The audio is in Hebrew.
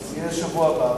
זה יהיה בשבוע הבא,